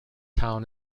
town